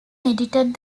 edited